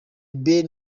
ben